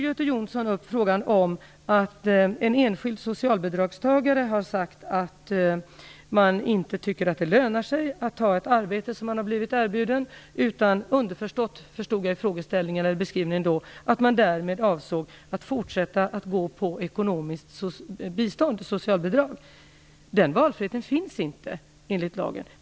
Göte Jonsson tog också upp att en enskild socialbidragstagare har sagt sig inte tycka att det lönar sig att ta ett arbete som har erbjudits utan - det var underförstått i beskrivningen - avsåg att fortsätta att ta emot ekonomiskt bistånd i form av socialbidrag. Den valfriheten finns enligt lagen inte.